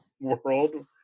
world